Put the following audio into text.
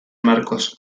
marcos